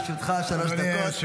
לרשותך שלוש דקות.